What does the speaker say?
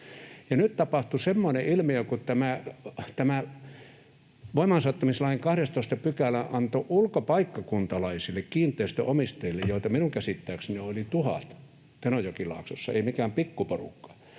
nyt tapahtui semmoinen ilmiö, kun tämä voimaansaattamislain 12 § antoi ulkopaikkakuntalaisille kiinteistönomistajille, joita minun käsittääkseni on yli tuhat Tenojokilaaksossa, ei mikään pikku porukka,